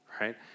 right